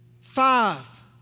five